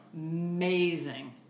Amazing